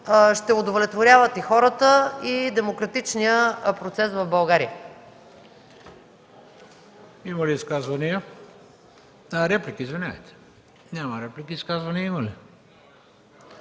ще удовлетворяват и хората, и демократичния процес в България.